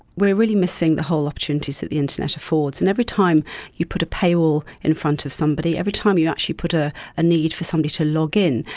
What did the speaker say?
we are really missing the whole opportunities that the internet affords. and every time you put a pay wall in front of somebody, every time you actually put ah a need for somebody to log in,